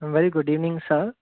very good evening sir